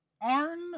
Arn